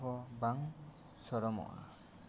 ᱩᱛᱩ ᱦᱚᱸ ᱵᱟᱝ ᱥᱚᱲᱚᱢᱚᱜᱼᱟ